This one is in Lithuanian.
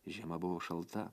žiema buvo šalta